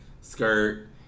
skirt